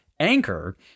Anchor